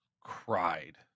cried